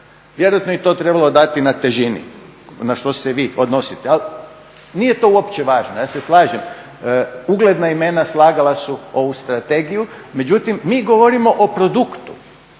vjerojatno je i to trebalo dati na težini na što se vi odnosite. Ali nije to uopće važno, ja se slažem, ugledna imena slagala su ovu strategiju, međutim mi govorimo o produktu.